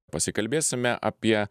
pasikalbėsime apie